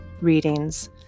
readings